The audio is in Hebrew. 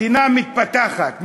מדינה מתפתחת,